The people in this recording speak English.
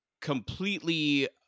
completely